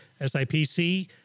SIPC